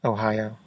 Ohio